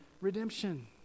redemption